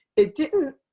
it didn't.